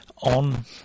on